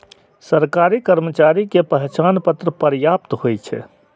सरकारी कर्मचारी के पहचान पत्र पर्याप्त होइ छै